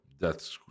death